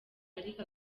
ariko